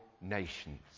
nations